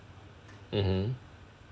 mmhmm